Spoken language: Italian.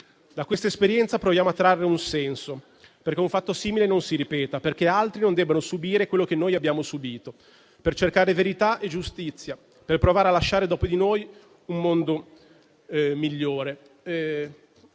Da questa esperienza, proviamo a trarre un senso: perché un fatto simile non si ripeta, perché altri non debbano subire quello che noi abbiamo subito, per cercare verità e giustizia, per provare a lasciare dopo di noi un mondo migliore.